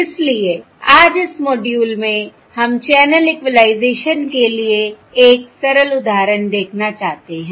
इसलिए आज इस मॉड्यूल में हम चैनल इक्विलाइजेशन के लिए एक सरल उदाहरण देखना चाहते हैं